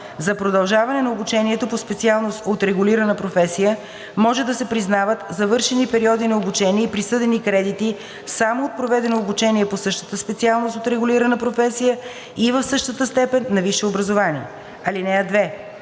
За продължаване на обучението по специалност от регулирана професия може да се признават завършени периоди на обучение и присъдени кредити само от проведено обучение по същата специалност от регулирана професия и в същата степен на висше образование. (2)